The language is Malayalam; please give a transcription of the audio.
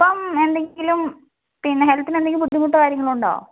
ഇപ്പം എന്തെങ്കിലും പിന്നെ ഹെൽത്തിനെന്തെങ്കിലും ബുദ്ധിമുട്ടോ കാര്യങ്ങളോ ഉണ്ടോ